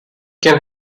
can